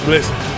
Listen